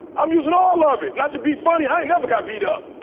i'm using all of it not to be funny i never got beat up.